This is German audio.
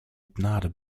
gnade